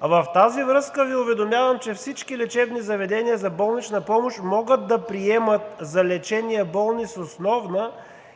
В тази връзка Ви уведомявам, че всички лечебни заведения за болнична помощ могат да приемат за лечение болни с основна